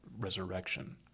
resurrection